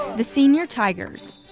the senior tigers,